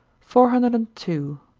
four hundred and two.